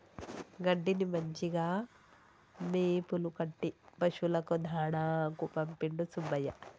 గడ్డిని మంచిగా మోపులు కట్టి పశువులకు దాణాకు పంపిండు సుబ్బయ్య